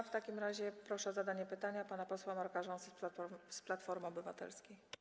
W takim razie proszę o zadanie pytania pana posła Marka Rząsę z Platformy Obywatelskiej.